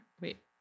Wait